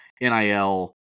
NIL